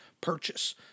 purchase